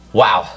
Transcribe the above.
wow